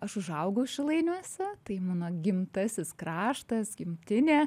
aš užaugau šilainiuose tai mano gimtasis kraštas gimtinė